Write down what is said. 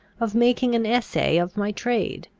of making an essay of my trade.